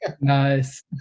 nice